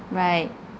right